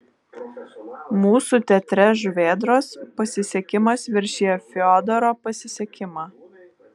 mūsų teatre žuvėdros pasisekimas viršija fiodoro pasisekimą